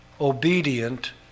obedient